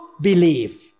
believe